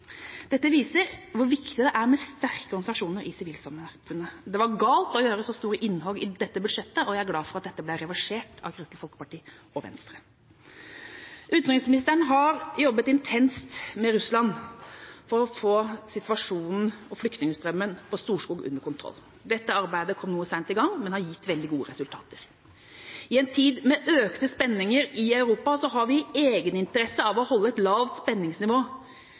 Dette viser hvor viktig det er med sterke organisasjoner i sivilsamfunnet. Det var galt å gjøre så store innhogg i dette budsjettet, og jeg er glad for at dette ble reversert av Kristelig Folkeparti og Venstre. Utenriksministeren har jobbet intenst med Russland for å få situasjonen og flyktningstrømmen på Storskog under kontroll. Arbeidet kom noe seint i gang, men har gitt veldig gode resultater. I en tid med økte spenninger i Europa har vi egeninteresse av å holde et lavt spenningsnivå